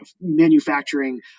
manufacturing